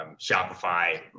Shopify